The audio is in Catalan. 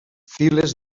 files